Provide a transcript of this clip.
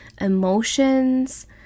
emotions